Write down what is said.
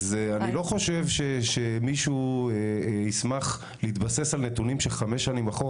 אז אני לא חושב שמישהו ישמח להתבסס על נתונים של חמש שנים אחורה,